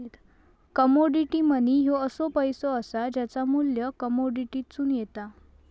commodity money ह्यो असो पैसो असा ज्याचा मू्ल्य कमोडिटीतसून येता